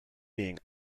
being